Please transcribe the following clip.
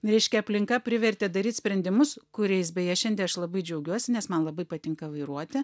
reiškia aplinka privertė daryt sprendimus kuriais beje šiandie aš labai džiaugiuosi nes man labai patinka vairuoti